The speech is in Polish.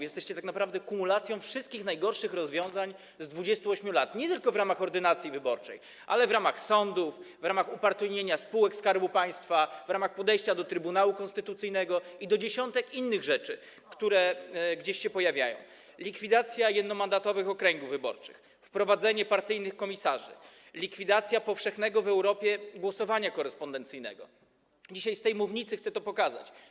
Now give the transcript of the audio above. Jesteście tak naprawdę kumulacją wszystkich najgorszych rozwiązań z 28 lat, nie tylko w ramach ordynacji wyborczej, ale w ramach sądów, w ramach upartyjnienia spółek Skarbu Państwa, w ramach podejścia do Trybunału Konstytucyjnego i do dziesiątek innych rzeczy, które gdzieś się pojawiają: likwidacja jednomandatowych okręgów wyborczych, wprowadzenie partyjnych komisarzy, likwidacja powszechnego w Europie głosowania korespondencyjnego - dzisiaj z tej mównicy chcę to pokazać.